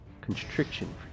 constriction